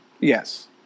Yes